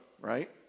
right